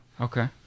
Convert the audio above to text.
Okay